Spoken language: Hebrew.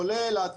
חולה אילתי,